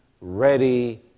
ready